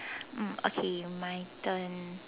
mm okay my turn